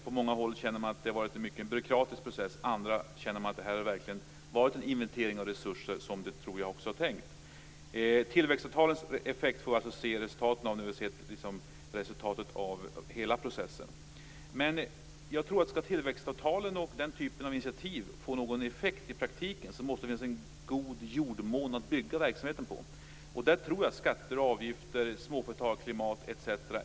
På många håll känner man att det har varit en mycket byråkratisk process, och på andra håll känner man att detta verkligen har varit den inventering av resurser som det, tror jag, också var tänkt. Tillväxtavtalens effekt får vi alltså se resultatet av när vi ser resultatet av hela processen. Men jag tror att om tillväxtavtalen och den typen av initiativ skall få någon effekt i praktiken, så måste det finnas en god jordmån att bygga verksamheten på. Där tror jag att skatter och avgifter, småföretagarklimat etc.